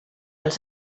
els